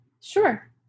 Sure